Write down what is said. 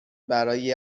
برای